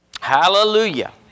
Hallelujah